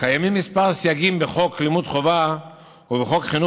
קיימים כמה סייגים בחוק לימוד חובה ובחוק חינוך